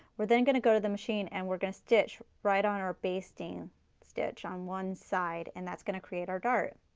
we're then going to go to the machine, and we're going to stitch right on our basting stitch, on one side, and that's going to create our dart.